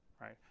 right